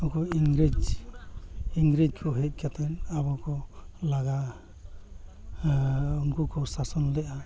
ᱟᱠᱚ ᱤᱝᱨᱮᱹᱡᱽ ᱤᱝᱨᱮᱹᱡᱽ ᱠᱚ ᱦᱮᱡ ᱠᱟᱛᱮᱫ ᱟᱵᱚ ᱠᱚ ᱞᱟᱜᱟ ᱩᱱᱠᱩ ᱠᱚ ᱥᱟᱥᱚᱱ ᱞᱮᱫᱼᱟ